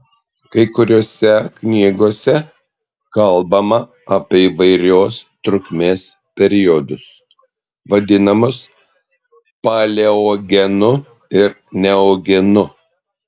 kai kuriose knygose kalbama apie įvairios trukmės periodus vadinamus paleogenu ir neogenu